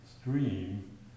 stream